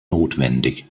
notwendig